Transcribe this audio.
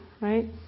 Right